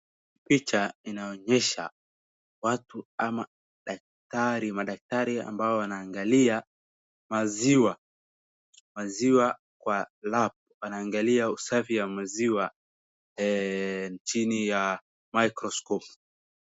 Hii picha inaonyesha watu ama madaktari ambao wanaangalia maziwa. Maziwa kwa lab . Wanaangalia usafi wa maziwa chini ya microscope .